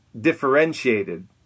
differentiated